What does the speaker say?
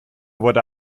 wurde